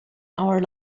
our